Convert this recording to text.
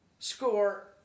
score